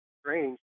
strange